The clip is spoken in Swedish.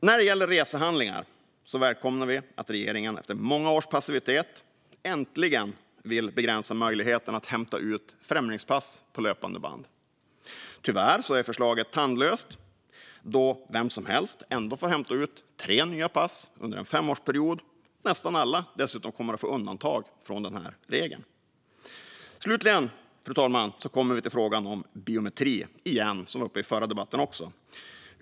När det gäller resehandlingar välkomnar vi att regeringen efter många års passivitet äntligen vill begränsa möjligheten att hämta ut främlingspass på löpande band. Tyvärr är förslaget tandlöst då vem som helst ändå får hämta ut tre nya pass under en femårsperiod och nästan alla dessutom kommer att omfattas av ett undantag från denna regel. Fru talman! Slutligen kommer vi till frågan om biometri, som även var uppe i förra debatten.